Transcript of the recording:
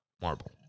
marble